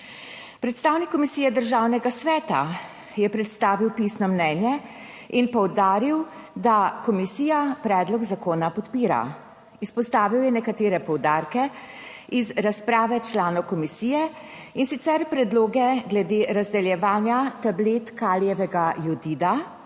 Predstavnik Komisije Državnega sveta je predstavil pisno mnenje in poudaril, da komisija predlog zakona podpira. Izpostavil je nekatere poudarke. Iz razprave članov komisije, in sicer predloge glede razdeljevanja tablet kalijevega jodida,